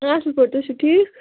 اَصٕل پٲٹھۍ تُہۍ چھُو ٹھیٖک